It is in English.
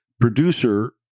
producer